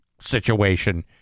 situation